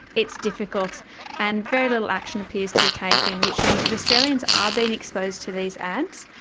it's difficult and very little action appears to be taken, which means that australians are being exposed to these ads.